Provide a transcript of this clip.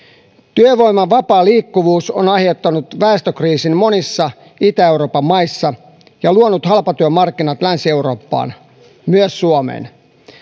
työvoiman vapaa liikkuvuus on aiheuttanut väestökriisin monissa itä euroopan maissa ja luonut halpatyömarkkinat länsi eurooppaan myös suomeen